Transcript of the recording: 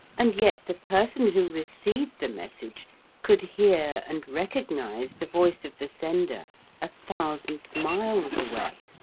and yet the person who received the message could hear and recognise the voice of the sender a thousand miles away.